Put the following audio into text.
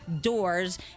doors